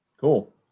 Cool